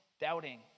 doubting